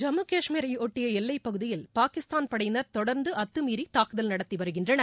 ஜம்மு காஷ்மீரையொட்டிய எல்வைப் பகுதியில் பாகிஸ்தான் படையினா் தொடா்ந்து அத்தமீறி தாக்குதல் நடத்தி வருகின்றனர்